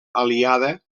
aliada